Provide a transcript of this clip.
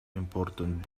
important